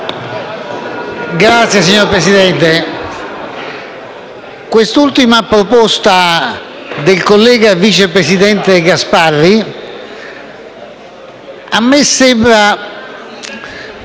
PLI))*. Signor Presidente, quest'ultima proposta del collega vice presidente Gasparri mi sembra